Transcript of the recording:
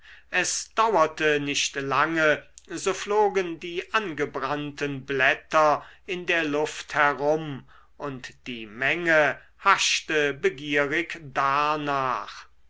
es dauerte nicht lange so flogen die angebrannten blätter in der luft herum und die menge haschte begierig darnach